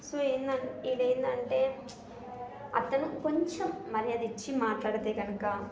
so ఏంటి ఇది ఏంటంటే అతను కొంచెం మర్యాద ఇచ్చి మాట్లాడితే కనుక